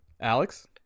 Alex